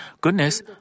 goodness